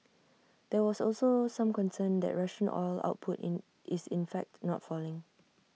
there was also some concern that Russian oil output is in fact not falling